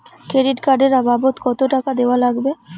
Credit card এর বাবদ কতো টাকা দেওয়া লাগবে?